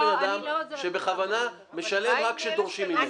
יש בן דם שבכוונה משלם רק כשדורשים ממנו.